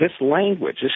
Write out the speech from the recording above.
language